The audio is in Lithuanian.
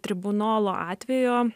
tribunolo atvejo